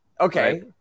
Okay